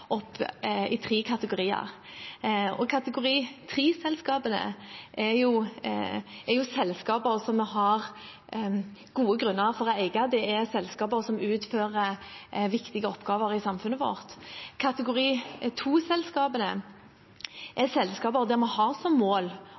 opp i tre kategorier. Kategori 3-selskapene er selskaper vi har gode grunner for å eie. Det er selskaper som utfører viktige oppgaver i samfunnet vårt. Kategori 2-selskapene er selskaper der vi har som mål